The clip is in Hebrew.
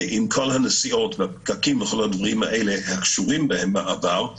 עם כל הנסיעות והפקקים וכל הדברים האלה הקשורים במעבר,